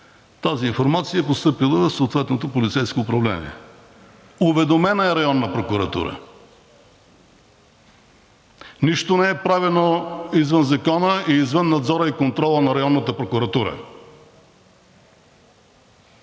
Тази информация е постъпила в съответното полицейско управление. Уведомена е районната прокуратура, нищо не е правено извън Закона и извън надзора и контрола на районната прокуратура.